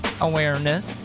Awareness